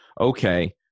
okay